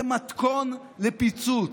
זה מתכון לפיצוץ.